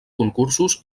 concursos